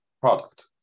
product